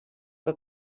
que